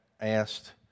asked